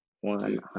One